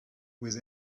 with